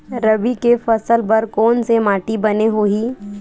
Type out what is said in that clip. रबी के फसल बर कोन से माटी बने होही?